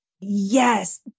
Yes